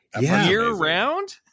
year-round